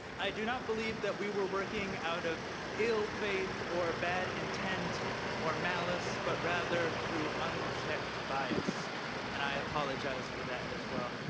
i do not believe that we were working out of ill faith or bad intend or malice, but rather through unchecked bias and i apologize for that as well.